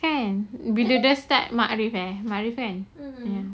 kan bila dah start maghrib eh